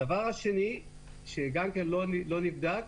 הדבר השני שגם כן לא נבדק.